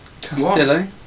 Castillo